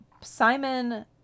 Simon